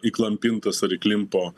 įklampintas ar įklimpo